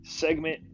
Segment